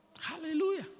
Hallelujah